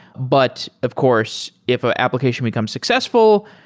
but, of course, if an application becomes successful,